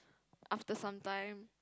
after sometime